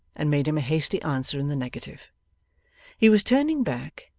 and made him a hasty answer in the negative he was turning back,